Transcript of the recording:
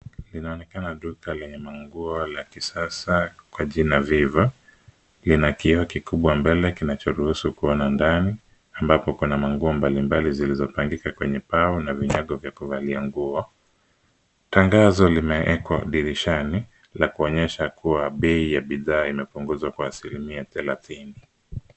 Linaonekana duka lenye manguo la kisasa kwa jina Vivo. Lina kioo kikubwa mbele kinachoruhusu kuona ndani, ambapo kuna manguo mbalimbali zilizobandikwa kwenye mbao na vinyago vya kuvalia nguo. Tangazo limeekwa dirishani ya kuonyesha kuwa bei ya bidhaa imepunguzwa kwa asilimia thelathini.